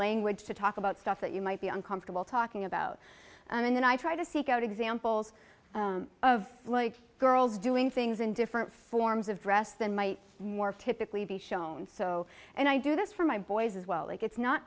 language to talk about stuff that you might be uncomfortable talking about and then i try to seek out examples of girls doing things in different forms of dress than might more typically be shown so and i do this for my boys as well it's not